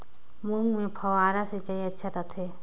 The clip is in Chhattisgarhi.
मूंग मे फव्वारा सिंचाई अच्छा रथे?